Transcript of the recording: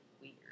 weird